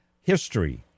history